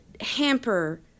hamper